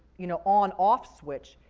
you know, on off switch.